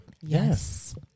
Yes